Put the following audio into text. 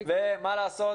מה לעשות,